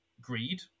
greed